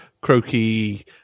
croaky